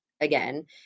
again